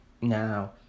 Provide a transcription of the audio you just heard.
Now